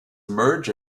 merge